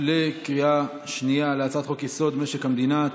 בקריאה שנייה על הצעת חוק-יסוד: משק המדינה,